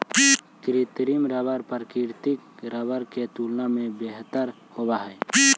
कृत्रिम रबर प्राकृतिक रबर के तुलना में बेहतर होवऽ हई